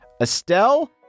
Estelle